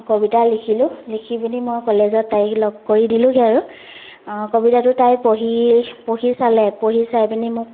কবিতা লিখিলো লিখি পিনি মই কলেজত তাইক লগ কৰি দিলোগৈ আৰু কবিতাটো তাই পঢ়ি পঢ়ি চালে পঢ়ি চাই পেনি মোক